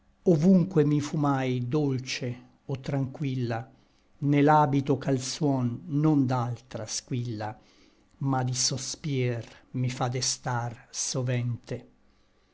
ovunque mi fu mai dolce o tranquilla ne l'habito ch'al suon non d'altra squilla ma di sospir mi fa destar sovente